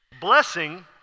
Blessing